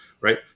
right